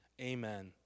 Amen